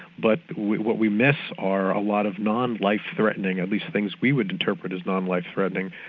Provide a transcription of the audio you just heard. but what we miss are a lot of non life threatening, at least things we would interpret as non life threatening,